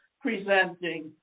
presenting